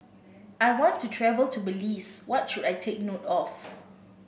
I want to travel to Belize what should I take note of